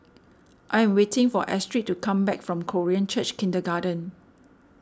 I am waiting for Astrid to come back from Korean Church Kindergarten